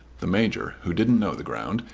the major who didn't know the ground,